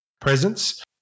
presence